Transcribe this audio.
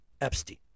Epstein